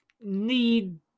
need